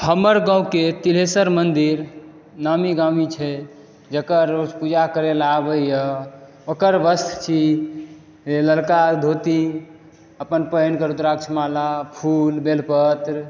हमर गाँव के तिलेशर मन्दिर नामी गामी छै जेकर रोज़ पूजा करय लए आबैया ओकर वस्त्र छी ललका धोती अपन पहैन के रुद्राक्ष माला फूल बेल पत्र